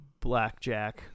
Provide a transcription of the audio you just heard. Blackjack